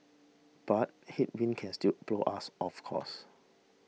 but headwinds can still blow us off course